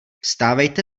vstávejte